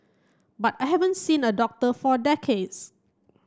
but I haven't seen a doctor for decades